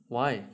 why